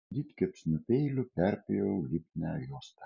didkepsnių peiliu perpjoviau lipnią juostą